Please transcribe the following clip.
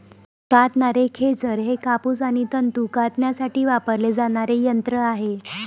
कातणारे खेचर हे कापूस आणि तंतू कातण्यासाठी वापरले जाणारे यंत्र आहे